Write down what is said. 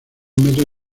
metros